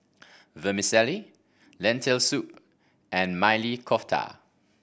Vermicelli Lentil Soup and Maili Kofta